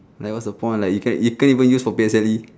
like what's the point like you can't you can't even use for P_S_L_E